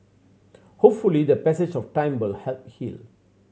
hopefully the passage of time will help heal